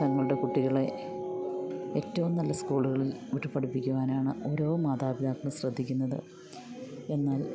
തങ്ങളുടെ കുട്ടികളെ ഏറ്റവും നല്ല സ്കൂളുകളിൽ വിട്ടു പഠിപ്പിക്കുവാനാണ് ഓരോ മാതാപിതാക്കൾ ശ്രദ്ധിക്കുന്നത് എന്നാൽ